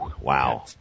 Wow